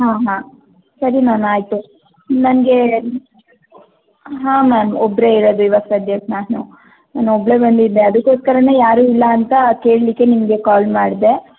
ಹಾಂ ಮ್ಯಾಮ್ ಸರಿ ಮ್ಯಾಮ್ ಆಯಿತು ನನಗೆ ಹಾಂ ಮ್ಯಾಮ್ ಒಬ್ಬರೇ ಇರೋದು ಇವಾಗ ಸದ್ಯಕ್ಕೆ ನಾನು ನಾನು ಒಬ್ಬಳೇ ಬಂದಿದ್ದೆ ಅದಕ್ಕೋಸ್ಕರವೇ ಯಾರೂ ಇಲ್ಲಾಂತ ಕೇಳ್ಲಿಕ್ಕೆ ನಿಮಗೆ ಕಾಲ್ ಮಾಡಿದೆ